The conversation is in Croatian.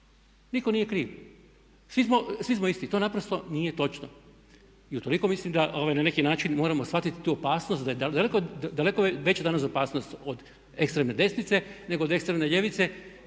nitko nije kriv. Svi smo isti. To naprosto nije točno. I utoliko mislim da na neki način moramo shvatiti tu opasnost da je daleko veća danas opasnost od ekstremne desnice nego od ekstremne ljevice